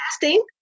casting